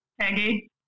Peggy